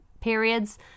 periods